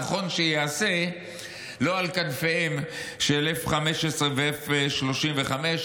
נכון שייעשה לא על כנפיהם של F-15 ו-F-35,